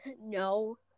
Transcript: No